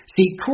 See